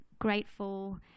grateful